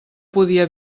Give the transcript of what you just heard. podia